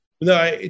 No